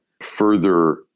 further